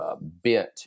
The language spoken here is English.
bent